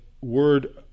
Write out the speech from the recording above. word